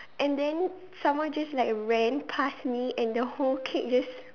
and then someone just like ran pass me and the whole cake just